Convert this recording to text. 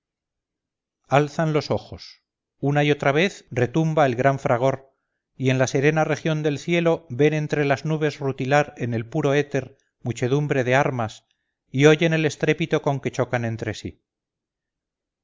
alzan los ojos una y otra vez retumba el gran fragor y en la serena región del cielo ven entre las nubes rutilar en el puro éter muchedumbre de armas y oyen el estrépito con que chocan entre sí